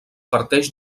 parteix